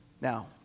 Now